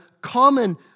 common